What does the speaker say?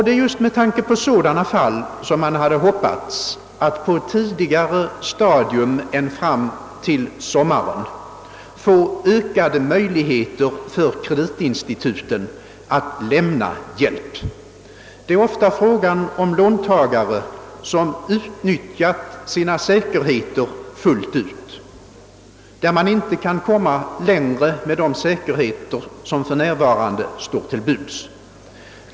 Det är just med tanke på sådana fall som man hade hoppats att på ett tidigare stadium än till sommaren få ökade möjligheter för kreditinstituten att lämna hjälp. Det är ofta fråga om låntagare som utnyttjat sina säkerheter fullt ut och inte kan komma längre med de former som för närvarande står till buds.